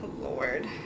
Lord